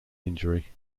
injury